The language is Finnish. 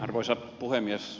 arvoisa puhemies